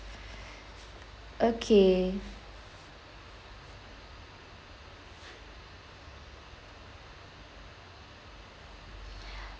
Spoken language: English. okay